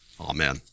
Amen